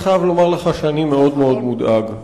אני חייב לומר לך שאני מאוד-מאוד מודאג.